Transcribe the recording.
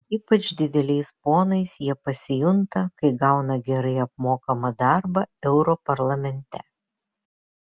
ypač dideliais ponais jie pasijunta kai gauna gerai apmokamą darbą europarlamente